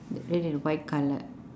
red and white colour